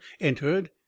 entered